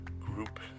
group